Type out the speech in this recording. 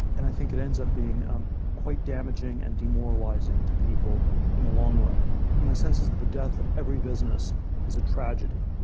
and i think it ends up being um quite damaging and demoralizing to people in the long run. and my sense is that the death of every business is a tragedy.